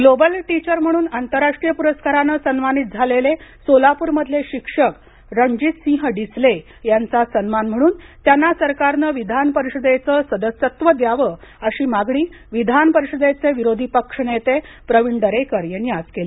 global teacher म्हणून आंतरराष्ट्रीय पुरस्कारानं सन्मानित झालेले सोलापूरमधले शिक्षक रणजितसिंह डिसले यांचा सन्मान म्हणून त्यांना सरकारनं विधान परिषदेचं सदस्यत्व द्यावं अशी मागणी विधान परिषदेचे विरोधी पक्षनेते प्रवीण दरेकर यांनी आज केली